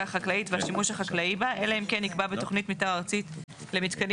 החקלאית והשימוש החקלאי בה אלא אם כן נקבע בתוכנית מיתאר ארצית למתקנים